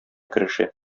керешә